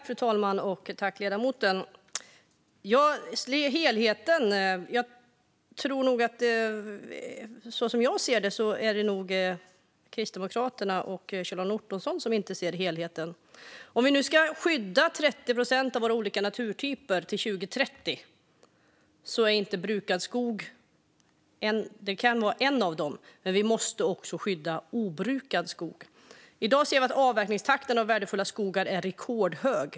Fru talman! Som jag ser det är det Kristdemokraterna och Kjell-Arne Ottosson som inte ser helheten. Vi ska skydda 30 procent av våra olika naturtyper till 2030. Brukad skog kan vara en av dem, men vi måste också skydda obrukad skog. I dag ser vi att avverkningstakten i värdefulla skogar är rekordhög.